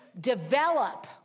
develop